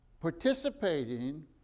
Participating